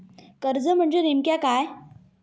कर्ज म्हणजे नेमक्या काय?